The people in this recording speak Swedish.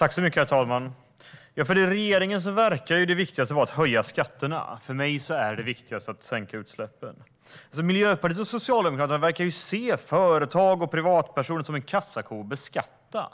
Herr talman! För regeringen verkar det viktigaste vara att höja skatterna. För mig är det viktigast att minska utsläppen. Miljöpartiet och Socialdemokraterna verkar se företag och privatpersoner som en kassako att beskatta.